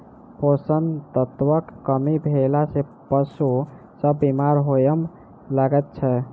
पोषण तत्वक कमी भेला सॅ पशु सभ बीमार होमय लागैत छै